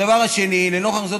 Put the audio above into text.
הדבר השני: לנוכח זאת,